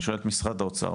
אני שואל את משרד האוצר,